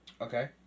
Okay